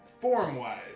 form-wise